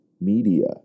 media